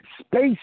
space